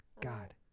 God